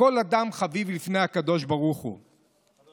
וכל אדם חביב לפני הקדוש ברוך הוא.